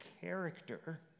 character